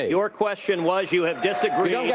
ah your question was you have disagreed. yeah